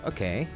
Okay